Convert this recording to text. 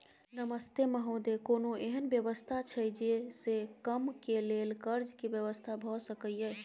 नमस्ते महोदय, कोनो एहन व्यवस्था छै जे से कम के लेल कर्ज के व्यवस्था भ सके ये?